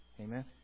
Amen